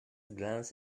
glance